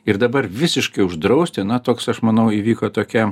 ir dabar visiškai uždrausti na toks aš manau įvyko tokia